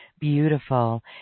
Beautiful